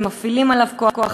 ומפעילים עליו כוח,